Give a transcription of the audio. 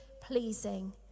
pleasing